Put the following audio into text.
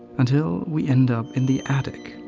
until we end up in the attic,